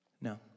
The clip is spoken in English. No